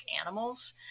animals